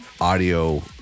audio